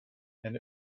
and